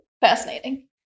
fascinating